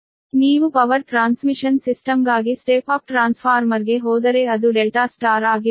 ನೀವು power transmission ಸಿಸ್ಟಮ್ಗಾಗಿ step up ಟ್ರಾನ್ಸ್ಫಾರ್ಮರ್ಗೆ ಹೋದರೆ ಅದು ಡೆಲ್ಟಾ ಸ್ಟಾರ್ ಆಗಿರುತ್ತದೆ